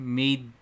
made